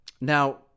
Now